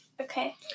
Okay